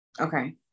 Okay